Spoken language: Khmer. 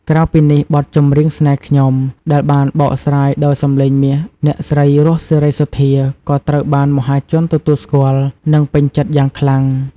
ក្រៅពីនេះ បទ "ចម្រៀងស្នេហ៍ខ្ញុំ" ដែលបានបកស្រាយដោយសំឡេងមាសអ្នកស្រី រស់ សេរីសុទ្ធា ក៏ត្រូវបានមហាជនទទួលស្គាល់ និងពេញចិត្តយ៉ាងខ្លាំង។